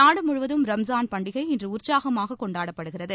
நாடுமுழுவதும் ரம்ஜான் பண்டிகை இன்று உற்சாகமாக கொண்டாடப்படுகிறது